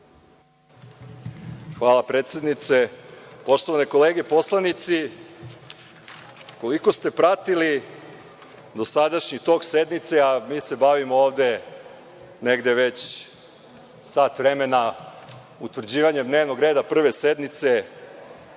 Hvala predsednice. Poštovane kolege poslanici, koliko ste pratili dosadašnji tok sednice, a mi se bavimo ovde negde već sat vremena utvrđivanjem dnevnog reda Prve sednice